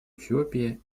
эфиопии